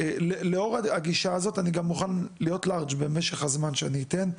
לאור הגישה הזאת אני גם מוכן להיות לארג' במשך הזמן שאני אתן.